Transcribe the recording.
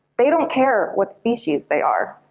they don't care what species they are.